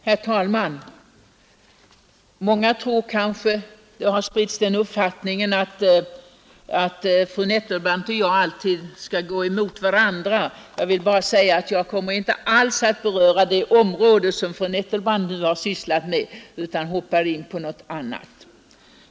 Herr talman! Många tror kanske — den uppfattningen har ju spritts — att fru Nettelbrandt och jag alltid skall gå emot varandra. Jag vill bara säga att jag inte alls kommer att beröra det område som fru Nettelbrandt nu sysslat med, utan hoppar in på något annat.